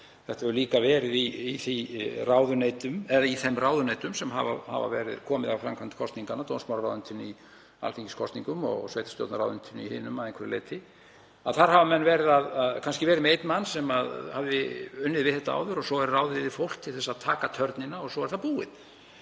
þetta hefur líka verið í þeim ráðuneytum sem hafa komið að framkvæmd kosninganna, dómsmálaráðuneytinu í alþingiskosningum og sveitarstjórnarráðuneytinu í hinum að einhverju leyti. Þar hafa menn kannski verið með einn mann sem hefur unnið við þetta áður og svo er ráðið fólk til að taka törnina. Svo er það búið.